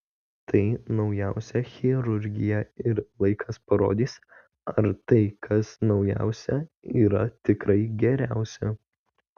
tai naujausia chirurgija ir laikas parodys ar tai kas naujausia yra tikrai geriausia